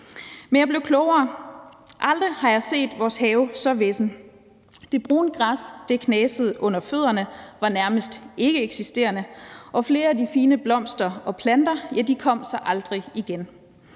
Men jeg blev klogere: Aldrig har jeg set vores have så vissen. Det brune græs knasede under fødderne og var nærmest ikkeeksisterende, og flere af de fine blomster og planter kom sig aldrig igen.